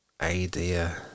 idea